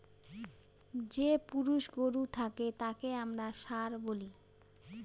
যে পুরুষ গরু থাকে তাকে আমরা ষাঁড় বলি